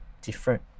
Different